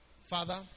Father